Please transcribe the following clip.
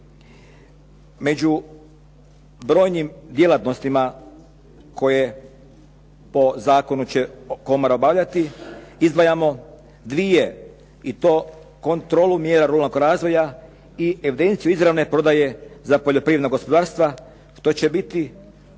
Među brojnim djelatnostima koje po zakonu će komora obavljati izdvajamo dvije i to kontrolu mjerilnog razvoja i evidenciju izravne prodaje za poljoprivredna gospodarstva što će biti